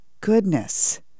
goodness